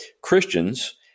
Christians